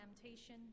temptation